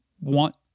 want